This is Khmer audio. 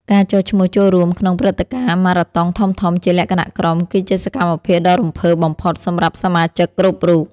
ការចុះឈ្មោះចូលរួមក្នុងព្រឹត្តិការណ៍ម៉ារ៉ាតុងធំៗជាលក្ខណៈក្រុម គឺជាសកម្មភាពដ៏រំភើបបំផុតសម្រាប់សមាជិកគ្រប់រូប។